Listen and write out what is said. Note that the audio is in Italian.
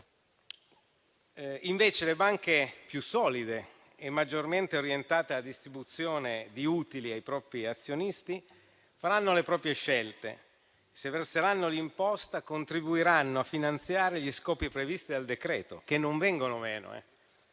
Invece, le banche più solide e maggiormente orientate alla distribuzione di utili ai propri azionisti faranno le proprie scelte: se verseranno l'imposta, contribuiranno a finanziare gli scopi previsti dal decreto-legge, che non vengono meno,